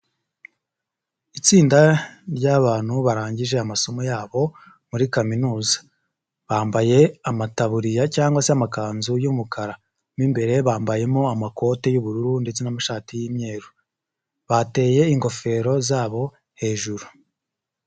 Itsinda ry'abantu barangije amasomo yabo muri kaminuza, bambaye amataburiya cyangwa se amakanzu y'umukara mo imbere bambayemo amakoti y'ubururu ndetse n'amashati y'imyeru, bateye ingofero zabo hejuru.